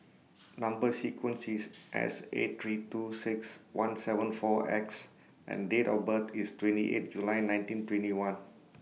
Number sequence IS S eight three two six one seven four X and Date of birth IS twenty eight July nineteen twenty one